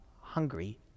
hungry